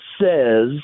says